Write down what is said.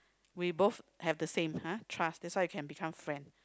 we both have the same ha trust that's why can become friend